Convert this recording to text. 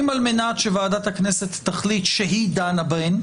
אם על מנת שוועדת הכנסת תחליט שהיא דנה בהן,